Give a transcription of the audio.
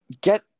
get